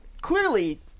clearly